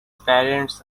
parents